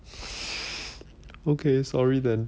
okay sorry then